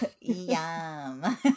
Yum